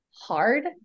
hard